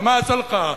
ומה עשה לך,